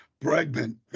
Bregman